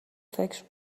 فکر